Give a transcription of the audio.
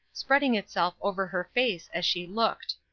spreading itself over her face as she looked.